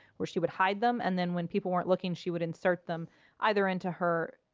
where she would hide them. and then when people weren't looking, she would insert them either into her,